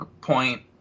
point